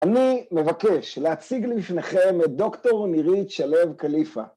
אני מבקש להציג לפניכם את דוקטור נירית שלו כליפה.